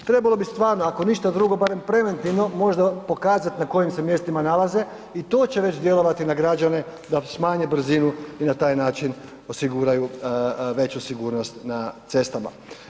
Trebalo bi stvarno, ako ništa drugo barem preventivno možda pokazati na kojim se mjestima nalaze i to će već djelovati na građane da smanje brzinu i na taj način osiguraju veću sigurnost na cestama.